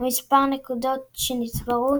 מספר נקודות שנצברו.